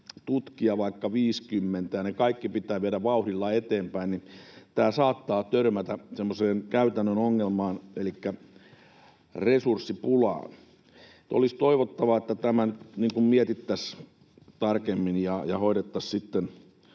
tutkija vaikka 50 ja ne kaikki pitää viedä vauhdilla eteenpäin, niin tämä saattaa törmätä semmoiseen käytännön ongelmaan elikkä resurssipulaan. Olisi toivottavaa, että tämä mietittäisiin tarkemmin ja hoidettaisiin sitten